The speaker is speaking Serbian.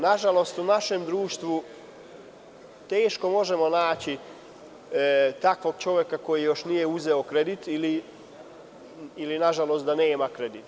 Nažalost, u našem društvu teško možemo naći takvog čoveka koji još nije uzeo kredit ili da nema kredit.